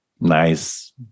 Nice